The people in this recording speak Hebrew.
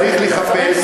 צריך לחפש,